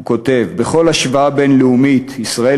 הוא כותב: בכל השוואה בין-לאומית ישראל